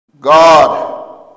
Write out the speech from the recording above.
God